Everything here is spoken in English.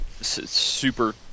super